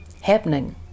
happening